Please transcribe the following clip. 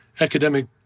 academic